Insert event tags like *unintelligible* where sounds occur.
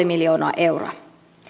*unintelligible* miljoonaa euroa